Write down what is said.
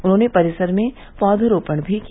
उन्होंने परिसर में पौधरोपण भी किया